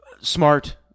smart